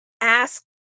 Ask